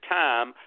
time